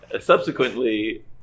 Subsequently